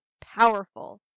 powerful